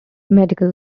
medical